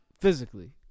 physically